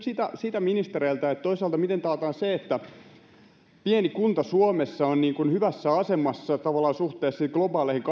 sitä ministereiltä miten taataan toisaalta se että pieni kunta suomessa on tavallaan hyvässä asemassa suhteessa näihin globaaleihin